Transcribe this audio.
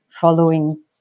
following